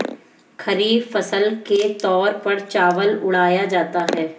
खरीफ फसल के तौर पर चावल उड़ाया जाता है